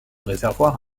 réservoir